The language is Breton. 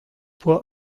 poa